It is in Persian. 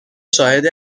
شاهد